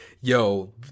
yo